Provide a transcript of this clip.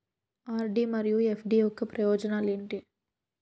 RD మరియు FD యొక్క ప్రయోజనాలు ఏంటి?